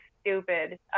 stupid